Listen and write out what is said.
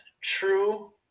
true